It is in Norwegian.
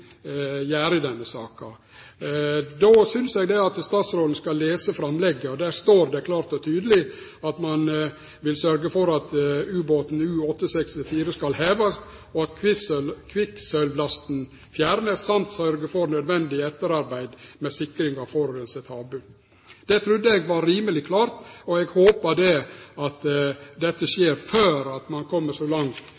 gjere i denne saka. Då synest eg at statsråden skal lese framlegget. Der står det klårt og tydeleg at ein vil sørgje for at ubåten U-864 skal hevast og at kvikksølvlasten skal fjernast, samt sørgje for nødvendig etterarbeid med sikring av forureina havbotn. Det trudde eg var rimeleg klart, og eg håper at dette